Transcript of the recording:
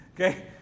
okay